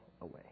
away